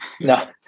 No